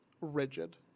rigid